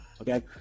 Okay